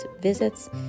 visits